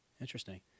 Interesting